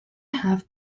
have